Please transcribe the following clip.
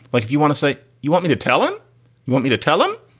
like, if you want to say you want me to tell him you want me to tell him,